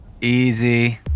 Easy